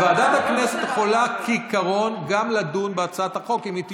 ועדת הכנסת יכולה בעיקרון גם לדון בהצעת החוק אם היא תשתכנע,